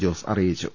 ജോസ് അറി യിച്ചു